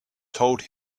told